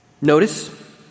Notice